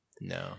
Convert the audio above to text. No